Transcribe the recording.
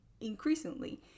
increasingly